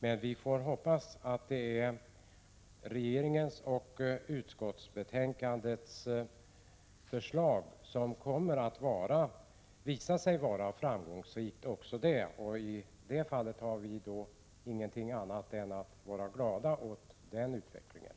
Men vi får hoppas att det är regeringens förslag och förslaget i betänkandet som kommer att visa sig vara framgångsrika. I så fall får vi vara glada över utvecklingen.